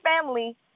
family